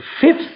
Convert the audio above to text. fifth